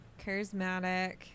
charismatic